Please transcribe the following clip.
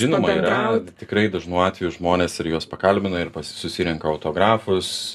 žinoma yra tikrai dažnu atveju žmonės ir juos pakalbina ir pas susirenka autografus